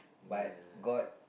but god